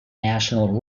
national